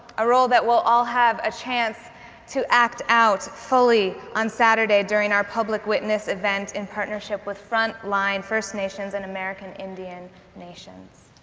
a role that we'll all have a chance to act out fully saturday during our public witness event, in partnership with front line, first nations, and american indian nations.